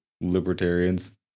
libertarians